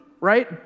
right